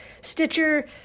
Stitcher